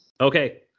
Okay